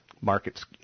markets